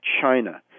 China